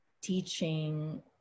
teaching